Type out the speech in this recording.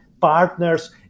partners